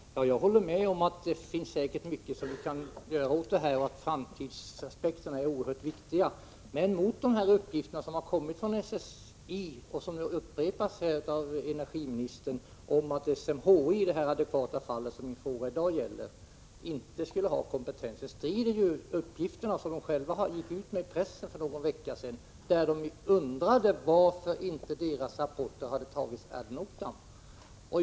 Herr talman! Jag håller med om att det säkert finns mycket som vi kan göra åt detta och att framtidsaspekterna är mycket viktiga. Men de uppgifter som kommit från SSI och som nu upprepas av energiministern om att SMHI — som min fråga i dag gäller — inte skulle ha kompetens, strider mot de uppgifter som man från SMHI själv gått ut med i pressen. Där har man undrat varför inte deras rapporter tagits ad notam.